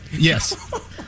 Yes